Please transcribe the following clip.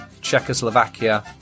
Czechoslovakia